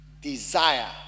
desire